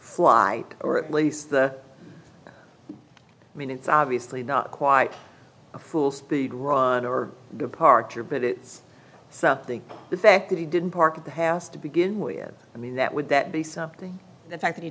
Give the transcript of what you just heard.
fly or at least the i mean it's obviously not quite a full speed run or departure but it's something the fact that he didn't park the past to begin with i mean that would that be something the fact that he